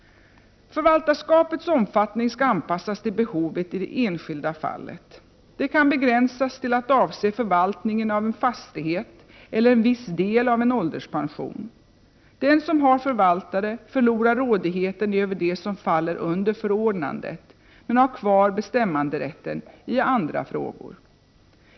Förvaltarskapets omfattning skall anpassas till behovet i det enskilda fallet. Det kan begränsas till att avse förvaltningen av en fastighet eller en viss del av en ålderspension. Den som har förvaltare förlorar rådigheten över det som faller under förordnandet men har kvar bestämmanderätten i andra frågor.